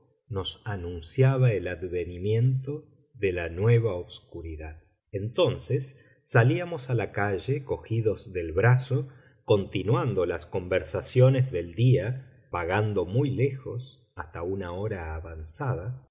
nos anunciaba el advenimiento de la nueva obscuridad entonces salíamos a la calle cogidos del brazo continuando las conversaciones del día vagando muy lejos hasta una hora avanzada